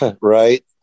Right